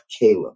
Caleb